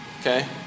Okay